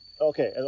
Okay